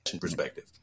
perspective